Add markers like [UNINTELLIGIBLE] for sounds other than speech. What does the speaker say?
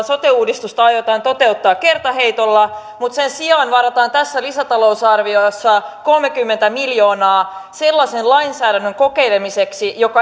[UNINTELLIGIBLE] sote uudistus aiotaan toteuttaa kertaheitolla mutta sen sijaan varataan tässä lisätalousarviossa kolmekymmentä miljoonaa sellaisen lainsäädännön kokeilemiseksi jota